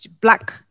black